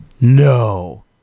No